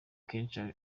kenshi